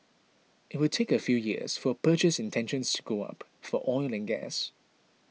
it will take a few years for purchase intentions to go up for oil and gas